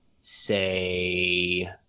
say